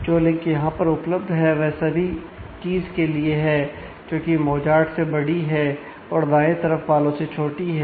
जो लिंक यहां पर उपलब्ध है वह सभी कीज के लिए है जो कि मोजार्ट से बड़ी है और दाएं तरफ वालों से छोटी है